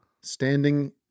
standing